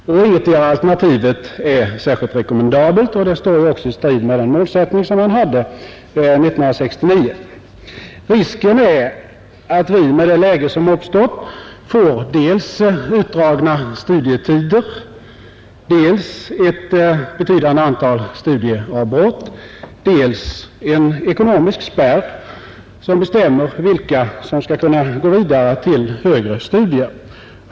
Ingetdera alternativet är särskilt rekommendabelt, och det står också i strid med den målsättning som man hade 1969. Risken är att vi med det läge som uppstått får dels utdragna studietider, dels ett betydande antal studieavbrott, dels en ekonomisk spärr som bestämmer vilka som skall kunna gå vidare till högre studier.